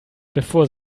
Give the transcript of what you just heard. bevor